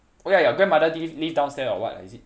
oh ya your grandmother li~ live downstair or what ah is it